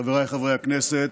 חבריי חברי הכנסת,